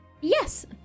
yes